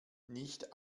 nicht